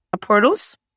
Portals